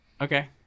okay